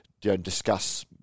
discuss